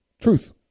Truth